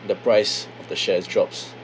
the price of the shares drops